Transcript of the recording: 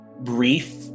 brief